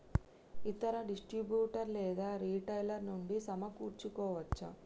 ఇతర డిస్ట్రిబ్యూటర్ లేదా రిటైలర్ నుండి సమకూర్చుకోవచ్చా?